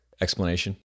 explanation